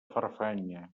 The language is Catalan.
farfanya